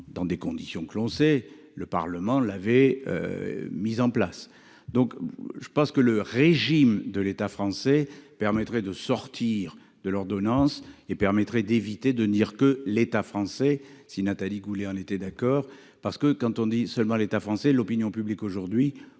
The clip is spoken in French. dans des conditions que l'on sait, le Parlement l'avait. Mis en place donc je pense que le régime de l'état français permettrait de sortir de l'ordonnance et permettrait d'éviter de dire que l'État français si Nathalie Goulet, on était d'accord parce que quand on dit seulement l'État français et l'opinion publique aujourd'hui,